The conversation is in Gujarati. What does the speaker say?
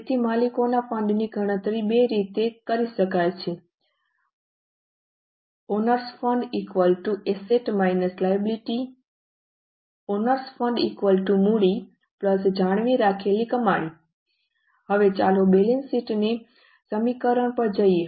તેથી માલિકોના ફંડ ની ગણતરી બે રીતે કરી શકાય છે owners fund assets - liability owners fund મૂડી જાળવી રાખેલી કમાણી હવે ચાલો બેલેન્સ શીટ સમીકરણ પર જઈએ